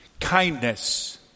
kindness